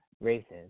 races